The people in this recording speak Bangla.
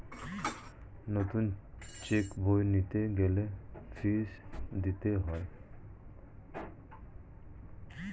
নতুন চেক বই নিতে গেলে ফি দিতে হয়